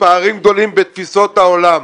פערים גדולים בתפיסות העולם.